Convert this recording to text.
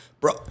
Bro